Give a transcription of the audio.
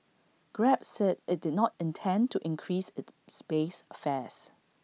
grab said IT did not intend to increase IT space fares